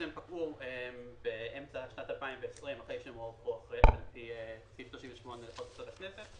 הם פקעו באמצע שנת 2020 אחרי שהם הועברו אחרי סעיף 38 לחוק יסוד הכנסת,